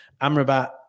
Amrabat